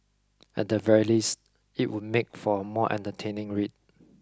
at the very least it would make for a more entertaining read